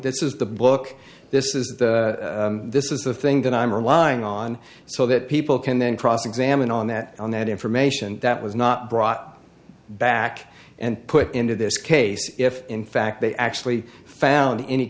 this is the book this is the this is the thing that i'm relying on so that people can then cross examine on that on that information that was not brought back and put into this case if in fact they actually found any